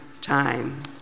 time